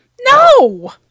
No